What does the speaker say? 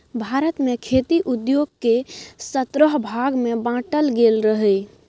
भारत मे खेती उद्योग केँ सतरह भाग मे बाँटल गेल रहय